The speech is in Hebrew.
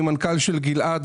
אני המנכ"ל של גיל עד,